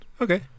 Okay